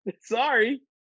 sorry